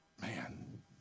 Man